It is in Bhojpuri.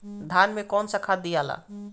धान मे कौन सा खाद दियाला?